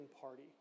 Party